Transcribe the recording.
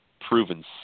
proven